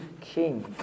king